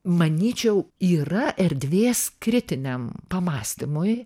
manyčiau yra erdvės kritiniam pamąstymui